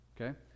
okay